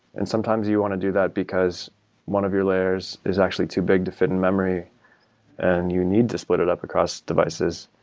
and sometimes you want to do that because one of your layers is actually too big to fit in memory and you need to split it up across devices.